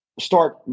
start